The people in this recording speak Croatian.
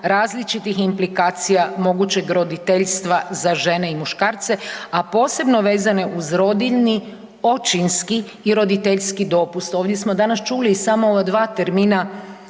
različitih implikacija mogućeg roditeljstva za žene i muškarce, a posebno vezane uz rodiljni, očinski i roditeljski dopust. Ovdje smo danas čuli i samo ova dva termina,